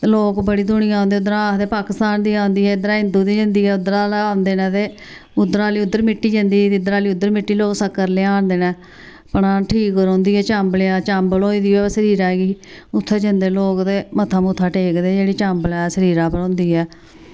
लोक बड़ी दूनिया औंदी उद्धरा आखदे पाकिस्तान दी आंदी ऐ इद्धरा हिन्दू दी जंदी ऐ उद्धरा दा औंदे न ते उद्धर आह्ली उद्धर मिट्टी जंदी ते इद्धर आह्ली उद्धर मिट्टी लोग शक्कर लेई आंदे न ठीक रौहंदी ऐ चाम्बलेआं दी चाम्बल होई दी होऐ शरीरै गी उ'त्थें जंदे न लोग ते मत्था मुत्था टेकदे न जेह्ड़ी चाम्बलेआ शरीरै उप्पर होंदी ऐ